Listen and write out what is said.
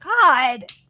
god